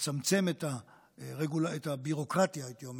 לצמצם את הביורוקרטיה, הייתי אומר,